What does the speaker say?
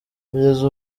kugeza